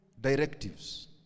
directives